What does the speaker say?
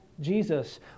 Jesus